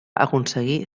aconseguir